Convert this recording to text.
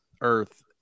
earth